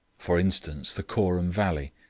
for instance, the koorum valley,